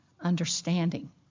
understanding